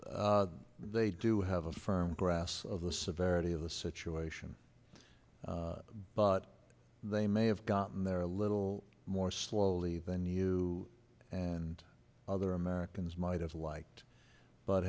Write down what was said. they do have a firm grasp of the severity of the situation but they may have gotten there a little more slowly than you and other americans might have liked but